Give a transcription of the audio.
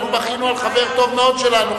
אנחנו בכינו על חבר טוב מאוד שלנו,